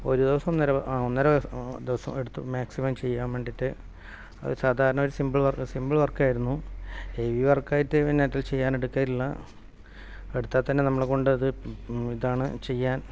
ഒരു ദിവസം ഒന്നര ആ ഒന്നര ദിവസം എടുത്തു മാക്സിമം ചെയ്യാൻ വേണ്ടിയിട്ട് അത് സാധാരണ ഒരു സിമ്പിൾ വർക്ക് സിമ്പിൾ വർക്കായിരുന്നു ഹെവി വർക്കായിട്ട് പിന്നെ ചെയ്യാൻ എടുക്കില്ല എടുത്താൽ തന്നെ നമ്മളെക്കൊണ്ട് അത് ഇതാണ് ചെയ്യാൻ